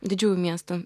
didžiųjų miestų